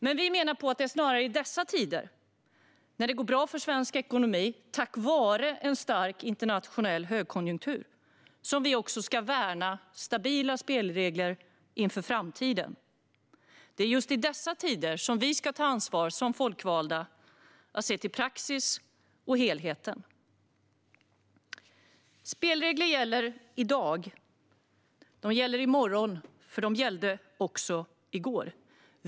Men vi menar att det snarare är i dessa tider, då det går bra för svensk ekonomi tack vare en stark internationell högkonjunktur, som vi ska värna stabila spelregler inför framtiden. Det är just i dessa tider vi ska ta ansvar som folkvalda och se till praxis och helheten. Spelregler gäller i dag, och de gäller i morgon. De gällde även i går.